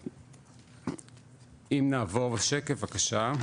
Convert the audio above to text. אם נעבור שקף בבקשה,